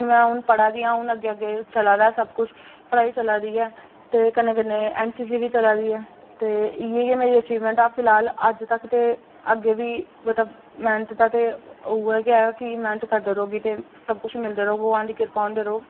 हून में हून पढ़ा दी आं ते अग्गें अग्गें चला दा ऐ सब कुछ पढ़ाई बी चला दी ऐ ते कन्नै कन्नै एन सी सी बी चला दी ऐ ते इ'यै मेरी अचीवमेंट ऐ फिलहाल अज्ज तक ते अग्गें बी मैह्नत दा ते उ'ऐ की मैह्नत करदी रौह्गी ते सब कुछ मिलदे रौह्ग ते भगवान दी किरपा होंदे रौह्ग